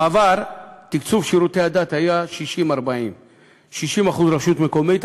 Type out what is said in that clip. בעבר תקצוב שירותי הדת היה 60% 40% 60% רשות מקומית,